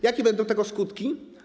Jakie będą tego skutki?